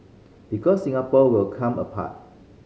because Singapore will come apart